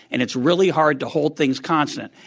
and it's really hard to hold things constant.